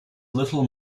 little